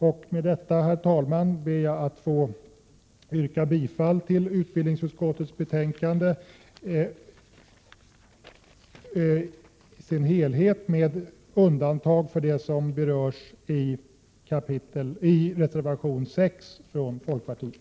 Med det anförda, herr talman, ber jag att få yrka bifall till hemställan i utbildningsutskottets betänkande i dess helhet med undantag för det som berörs i reservation 6 från folkpartiet.